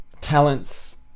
talents